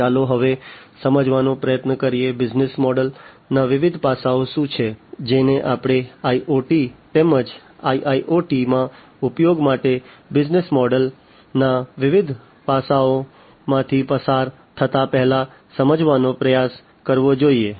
ચાલો હવે સમજવાનો પ્રયત્ન કરીએ બિઝનેસ મૉડલના વિવિધ પાસાઓ શું છે જેને આપણે IoT તેમજ IIoTમાં ઉપયોગ માટેના બિઝનેસ મૉડલના વિવિધ પાસાઓમાંથી પસાર થતાં પહેલાં સમજવાનો પ્રયાસ કરવો જોઈએ